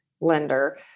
lender